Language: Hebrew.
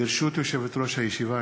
ברשות יושבת-ראש הישיבה,